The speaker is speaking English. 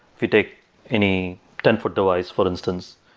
if you take any ten foot device, for instance,